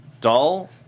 dull